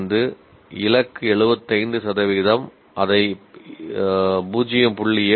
5 இலக்கு 75 சதவிகிதம் அதை 0